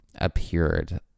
appeared